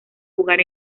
jugar